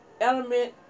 element